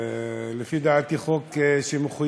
לפי דעתי זה חוק מחויב,